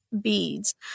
beads